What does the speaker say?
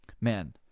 Man